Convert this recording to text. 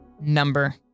number